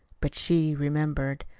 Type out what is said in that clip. but she remembered.